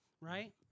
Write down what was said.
right